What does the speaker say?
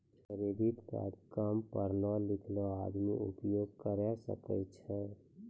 Credit card काम पढलो लिखलो आदमी उपयोग करे सकय छै?